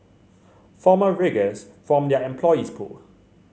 former riggers from their employees pool